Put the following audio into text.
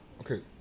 Okay